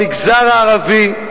במגזר הערבי,